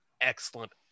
excellent